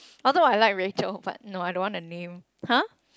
although I like Rachel but no I don't want a name !huh!